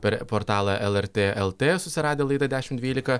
per portalą lrt lt susiradę laida dešimt dvylika